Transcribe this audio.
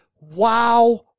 Wow